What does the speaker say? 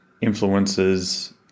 influences